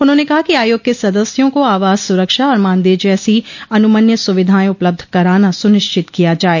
उन्होंने कहा कि आयोग के सदस्यों को आवास सुरक्षा और मानदेय जैसी अनुमन्य सुविधाएं उपलब्ध कराना सुनिश्चित किया जाये